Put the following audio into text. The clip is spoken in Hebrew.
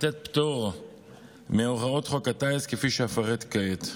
לתת פטור מהוראות חוק הטיס, כפי שאפרט כעת.